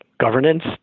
governance